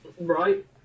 Right